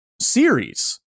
series